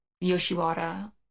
Yoshiwara